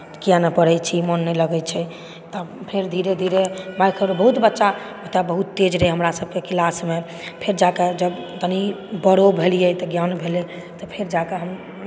किआ नहि पढ़ै छी मन नहि लगैत छै तब फेर धीरे धीरे बहुत बच्चा तऽ बहुत तेज रहए हमरा सबकेँ क्लासमे फेर जाकर जब कनि बड़ो भेलिऐ तऽ ज्ञान भेलै फेर जाकर हम